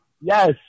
Yes